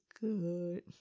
good